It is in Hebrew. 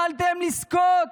יכולתם לזכות